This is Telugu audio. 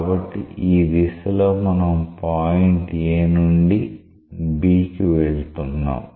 కాబట్టి ఈ దిశలో మనం పాయింట్ A నుండి B కి వెళ్తున్నాం